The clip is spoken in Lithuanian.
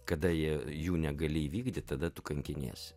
kada jie jų negali įvykdyt tada tu kankiniesi